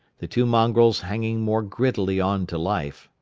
the two mongrels hanging more grittily on to life,